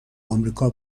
امریکا